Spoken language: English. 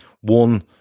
one